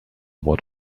what